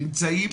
נמצאים